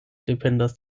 dependas